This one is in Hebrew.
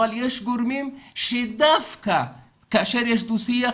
אבל יש גורמים שדווקא כאשר יש דו שיח,